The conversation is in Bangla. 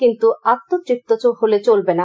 কিন্তু আত্মতৃপ্ত চলবে না